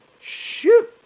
shoot